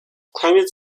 climatic